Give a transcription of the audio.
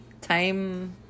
time